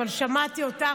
אבל שמעתי אותך,